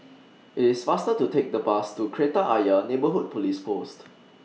IT IS faster to Take The Bus to Kreta Ayer Neighbourhood Police Post